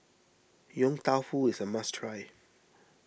Yong Tau Foo is a must try